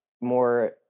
more